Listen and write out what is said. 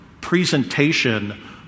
presentation